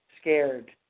scared